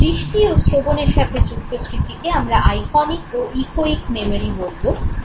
দৃষ্টি ও শ্রবণের সাথে যুক্ত স্মৃতিকে আমরা আইকনিক ও ইকোয়িক মেমোরি বলবো যথাক্রমে